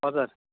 हजुर